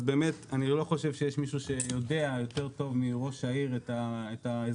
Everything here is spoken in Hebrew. אז באמת לא חושב שיש מישהו שיודע יותר טוב מראש העיר את האזרחים,